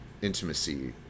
intimacy